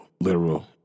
literal